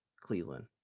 Cleveland